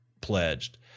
pledged